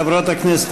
חברות הכנסת,